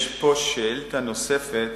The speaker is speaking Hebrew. יש פה שאלה נוספת,